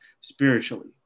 spiritually